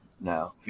No